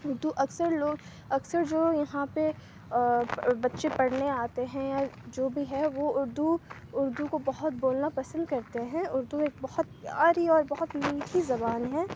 اُردو اکثر لوگ اکثر جو یہاں پہ بچے پڑھنے آتے ہیں یا جو بھی ہے وہ اُردو اُردو کو بہت بولنا پسند کرتے ہیں اُردو ایک بہت پیاری اور بہت میٹھی زبان ہے